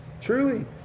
Truly